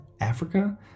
Africa